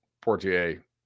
Portier